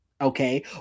Okay